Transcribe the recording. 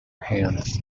hands